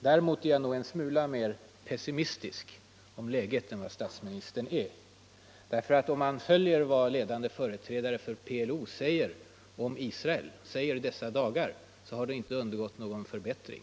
Däremot är jag nog mer pessimistisk i fråga om läget än vad statsministern är. Om man följer vad ledande företrädare för PLO säger om Israel i dessa dagar, så finner man att deras hållning inte har undergått någon förbättring.